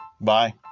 Bye